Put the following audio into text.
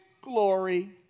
glory